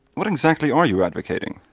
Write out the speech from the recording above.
what exactly are you advocating?